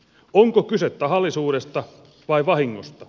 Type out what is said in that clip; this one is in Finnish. onko kyse tahallisuudesta vai vahingosta